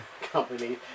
Company